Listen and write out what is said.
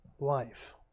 life